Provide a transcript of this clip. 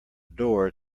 door